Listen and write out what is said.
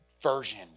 version